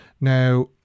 Now